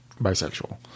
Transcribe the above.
bisexual